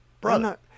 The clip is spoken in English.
brother